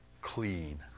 Clean